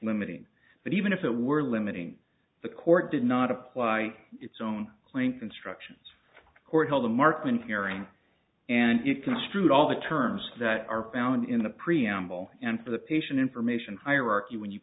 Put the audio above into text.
limiting but even if it were limiting the court did not apply its own claim constructions court held the martin hearing and you construed all the terms that are found in the preamble and for the patient information hierarchy when you